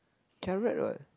carrot what